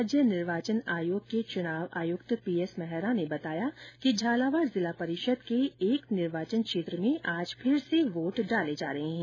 राज्य निर्वाचन आयोग के चुनाव आयुक्त पीएस मेहरा ने बताया कि झालावाड़ जिला परिषद के एक निर्वाचन क्षेत्र में आज फिर से वोट डाले जा रहे हैं